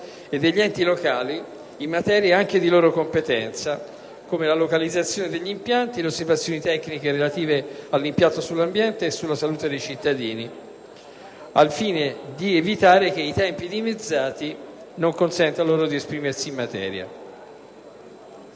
e degli enti locali in materie anche di loro competenza, come la localizzazione degli impianti, le osservazioni tecniche relative all'impatto sull'ambiente e sulla salute dei cittadini, al fine di evitare che i tempi dimezzati non consentano loro di esprimersi in materia.